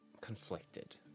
conflicted